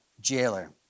jailer